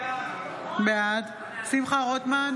בעד שמחה רוטמן,